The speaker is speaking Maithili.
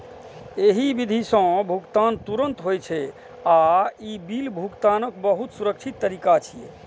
एहि विधि सं भुगतान तुरंत होइ छै आ ई बिल भुगतानक बहुत सुरक्षित तरीका छियै